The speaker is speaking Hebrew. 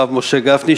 הרב משה גפני,